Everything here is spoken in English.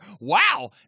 Wow